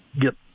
get